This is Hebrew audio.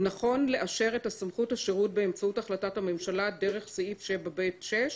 נכון לאשר את סמכות השירות באמצעות החלטת הממשלה דרך סעיף 7(ב)(6)